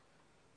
לא.